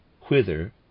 whither